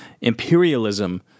imperialism